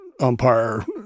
umpire